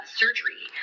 surgery